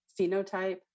phenotype